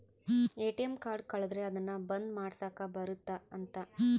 ATM card ಕಳುದ್ರೆ ಅದುನ್ನ ಬಂದ್ ಮಾಡ್ಸಕ್ ಬರುತ್ತ ಅಂತ